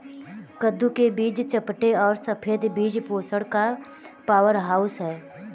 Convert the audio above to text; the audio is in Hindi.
कद्दू के बीज चपटे और सफेद बीज पोषण का पावरहाउस हैं